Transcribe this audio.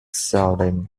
selling